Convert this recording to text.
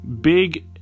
Big